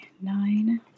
nine